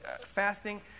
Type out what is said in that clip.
fasting